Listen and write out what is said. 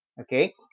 okay